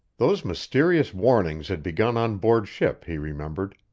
those mysterious warnings had begun on board ship, he remembered.